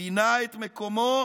פינה את מקומו